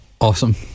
Awesome